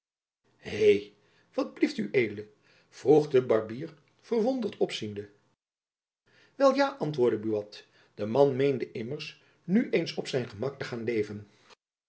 hé wat blieft ued vroeg de barbier verwonderd opziende wel ja antwoordde buat de man meende immers nu eens op zijn gemak te gaan leven